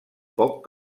poc